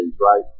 right